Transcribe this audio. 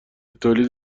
تولید